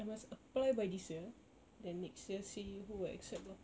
I must apply by this year then next year see who will accept lor